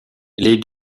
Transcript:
les